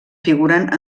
figuren